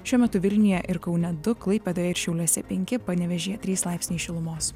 šiuo metu vilniuje ir kaune du klaipėdoje ir šiauliuose penki panevėžyje trys laipsniai šilumos